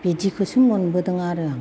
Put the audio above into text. बिदिखौसो मोनबोदों आरो आं